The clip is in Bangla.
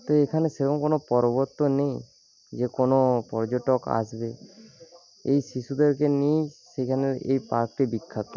তো এখানে সেরকম কোনও পর্বত তো নেই যে কোনও পর্যটক আসবে এই শিশুদেরকে নিয়েই সেখানের এই পার্কটি বিখ্যাত